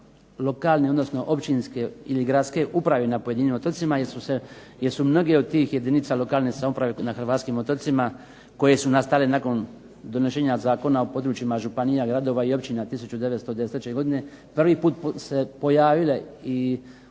lokalne ili općinske ili gradske uprave na pojedinim otocima, jer su mnoge od tih jedinica lokalne samouprave na Hrvatskim otocima koje su nastale nakon donošenja Zakona o područjima županija, gradova i općina 1993. godine prvi put se pojavile i